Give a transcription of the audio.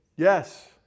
Yes